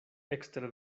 ekster